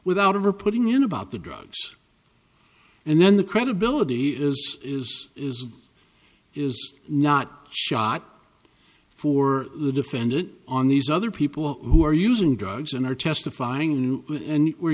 without of are putting in about the drugs and then the credibility is is is is not shot for the defendant on these other people who are using drugs and are testifying